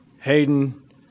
Hayden